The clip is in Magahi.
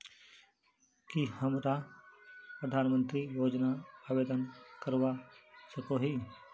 की हमरा प्रधानमंत्री योजना आवेदन करवा सकोही?